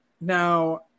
Now